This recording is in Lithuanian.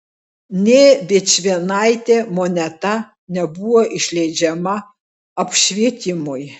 nė vičvienaitė moneta nebuvo išleidžiama apšvietimui